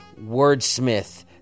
wordsmith